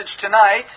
tonight